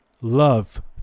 love